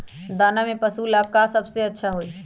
दाना में पशु के ले का सबसे अच्छा होई?